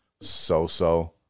so-so